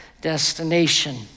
destination